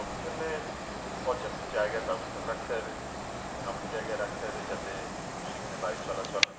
ওদের জন্যে পর্যাপ্ত জায়গার ব্যবস্থা রাখতে হবে এমন জায়গায় রাখতে হবে যাতে সেখানে বায়ু চলাচল